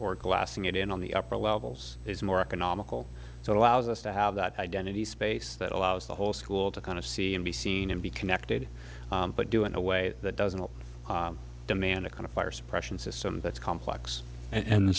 or classing it in on the upper levels is more economical so it allows us to have that identity space that allows the whole school to kind of see and be seen and be connected but do in a way that doesn't demand a kind of fire suppression system that's complex and the